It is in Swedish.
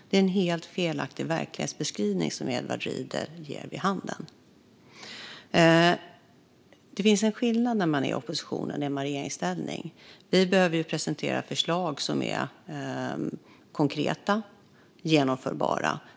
Det är en helt felaktig verklighetsbeskrivning som Edward Riedl ger. Det finns en skillnad när man är i opposition jämfört med när man är i regeringsställning. Vi behöver presentera förslag som är konkreta och genomförbara.